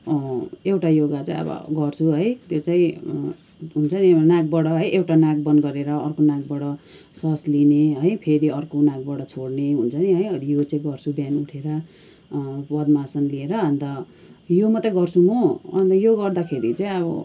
एउटा योगा चाहिँ अब गर्छु है त्यो चाहिँ हुन्छ नि एउटा नाकबाट एउटा नाक बन्द गरेर अर्को नाकबाट सास लिने है फेरि अर्कोबाट छोड्ने हुन्छ नि है अब यो चाहिँ गर्छु बिहान उठेर पद्मासन लिएर अन्त यो मात्रै गर्छु म अनि यो गर्दाखेरि चाहिँ अब